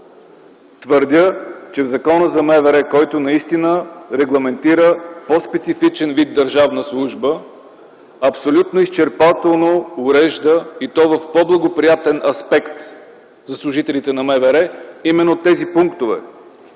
Твърдя, че Законът за МВР, който наистина регламентира по-специфичен вид държавна служба, абсолютно изчерпателно урежда, и то в по-благоприятен аспект за служителите на МВР, именно тези пунктове.